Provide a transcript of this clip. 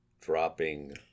dropping